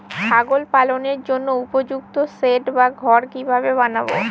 ছাগল পালনের জন্য উপযুক্ত সেড বা ঘর কিভাবে বানাবো?